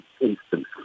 instance